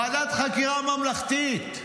ועדת חקירה ממלכתית.